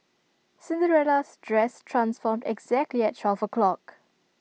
Cinderella's dress transformed exactly at twelve o' clock